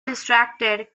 distracted